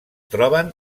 troben